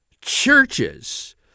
churches